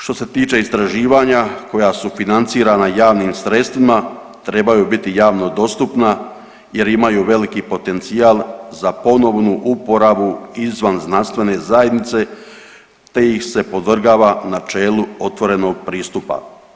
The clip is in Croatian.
Što se tiče istraživanja koja su financirana javnim sredstvima trebaju biti javno dostupna jer imaju veliki potencijal za ponovnu uporabu izvan znanstvene zajednice, te ih se podvrgava načelu otvorenog pristupa.